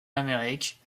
amérique